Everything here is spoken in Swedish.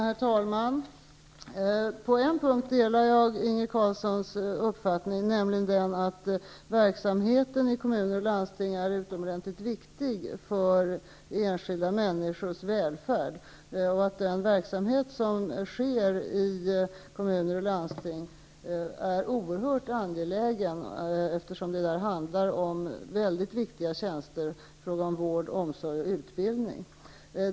Herr talman! På en punkt delar jag Inge Carlssons uppfattning, nämligen den att verksamheten i kommuner och landsting är oerhört viktig för enskilda människors välfärd. Den verksamhet som sker i kommuner och landsting är oerhört angelägen eftersom det handlar om mycket viktiga tjänster i fråga om vård, omsorg och utbildning.